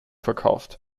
verkauft